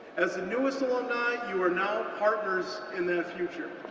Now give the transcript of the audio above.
as the newest alumni, you are now partners in that future.